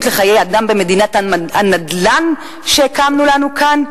לחיי אדם במדינת הנדל"ן שהקמנו לנו כאן?